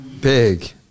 big